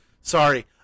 Sorry